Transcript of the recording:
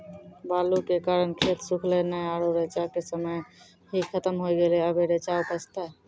बालू के कारण खेत सुखले नेय आरु रेचा के समय ही खत्म होय गेलै, अबे रेचा उपजते?